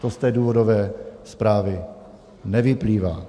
To z té důvodové zprávy nevyplývá.